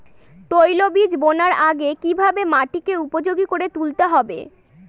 তৈলবীজ বোনার আগে কিভাবে মাটিকে উপযোগী করে তুলতে হবে?